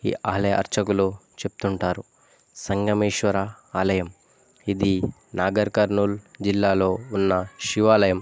ఈ ఆలయ అర్చకులు చెప్తుంటారు సంగమేశ్వర ఆలయం ఇది నాగర్ కర్నూల్ జిల్లాలో ఉన్న శివాలయం